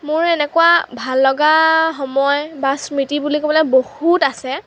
মোৰ এনেকুৱা ভাল লগা সময় বা স্মৃতি বুলি ক'বলৈ বহুত আছে